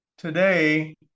today